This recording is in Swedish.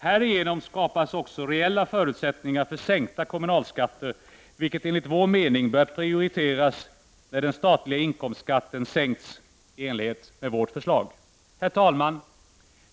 Härigenom skapas också reella förutsättningar för sänkta kommunalskatter, vilket enligt vår mening bör prioriteras när den statliga inkomstskatten sänkts i enlighet med vårt förslag. Herr talman!